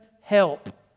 help